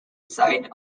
site